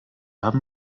haben